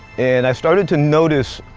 and i started to notice,